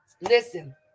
Listen